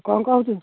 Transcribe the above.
କ'ଣ କହୁଛୁ